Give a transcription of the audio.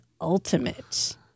ultimate